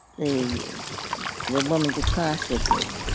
the the woman to cross with me,